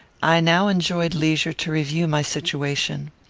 i now enjoyed leisure to review my situation.